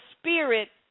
spirit